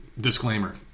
Disclaimer